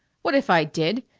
what if i did?